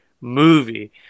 movie